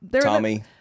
Tommy